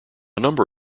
number